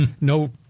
No